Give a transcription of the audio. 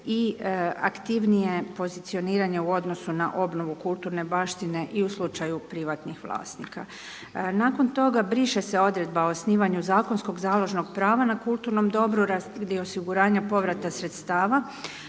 i aktivnije pozicioniranje u odnosu na obnovu kulturne baštine i u slučaju privatnih vlasnika. Nakon toga briše se odredba o osnivanju zakonskog založnog prava na kulturnom dobru, …/Govornik se